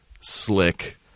slick